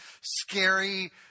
scary